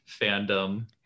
fandom